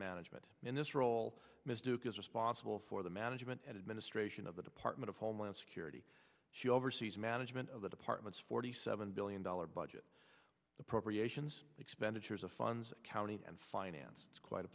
management in this role mistook as responsible for the management administration of the department of homeland security she oversees management of the departments forty seven billion dollars budget appropriations expenditures of funds accounting and finance quite a